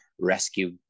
rescue